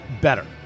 better